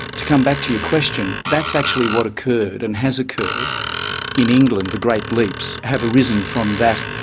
to come back to your question, that's actually what occurred and has occurred in england the great leaps have arisen from that.